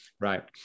right